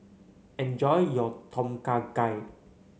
enjoy your Tom Kha Gai